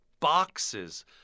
boxes